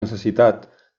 necessitat